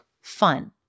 fun